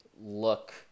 look